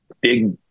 big